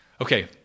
Okay